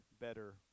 better